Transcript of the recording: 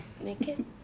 Naked